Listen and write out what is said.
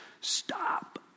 Stop